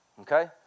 okay